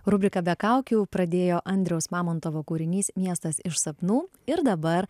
rubriką be kaukių pradėjo andriaus mamontovo kūrinys miestas iš sapnų ir dabar